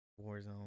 Warzone